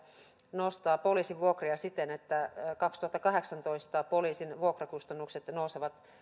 nostaa poliisin vuokria siten että kaksituhattakahdeksantoista poliisin vuokrakustannukset nousevat